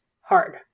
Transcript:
hard